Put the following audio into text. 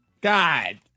God